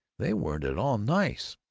they weren't at all nice.